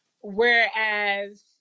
Whereas